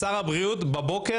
שר הבריאות בבוקר,